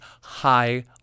high